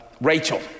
Rachel